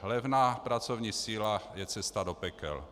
Levná pracovní síla je cesta do pekel.